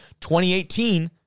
2018